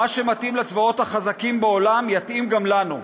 מה שמתאים לצבאות החזקים בעולם, יתאים גם לנו.